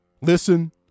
listen